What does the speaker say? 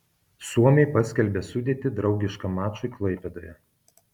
suomiai paskelbė sudėtį draugiškam mačui klaipėdoje